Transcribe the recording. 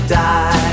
die